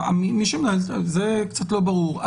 זה קצת לא ברור.